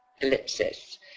ellipsis